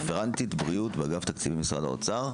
רפרנטית בריאות באגף התקציבים, משרד האוצר.